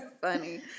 funny